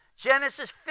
Genesis